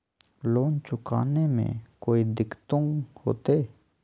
Loan चुकाने में कोई दिक्कतों होते?